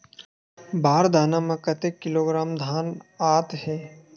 बार दाना में कतेक किलोग्राम धान आता हे?